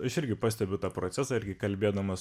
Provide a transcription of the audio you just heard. aš irgi pastebiu tą procesą irgi kalbėdamas